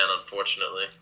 unfortunately